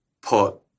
put